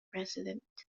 president